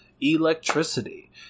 electricity